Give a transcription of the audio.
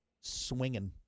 Swinging